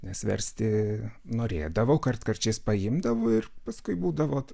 nes versti norėdavau kartkarčiais paimdavau ir paskui būdavo